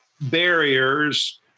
barriers